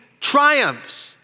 triumphs